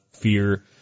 fear